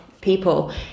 people